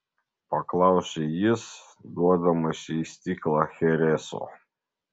paklausė jis duodamas jai stiklą chereso